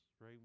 right